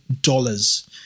dollars